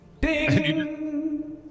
Ding